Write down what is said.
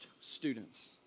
students